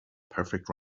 perfect